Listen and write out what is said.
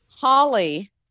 Holly